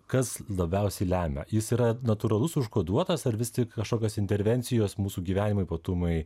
kas labiausiai lemia jis yra natūralus užkoduotas ar vis tik kažkokios intervencijos mūsų gyvenimo ypatumai